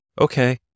okay